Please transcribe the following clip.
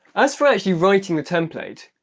as for actually writing the template,